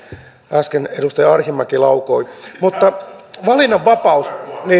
äsken edustaja arhinmäki laukoi valinnanvapaus